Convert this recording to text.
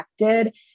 affected